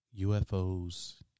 UFOs